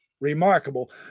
remarkable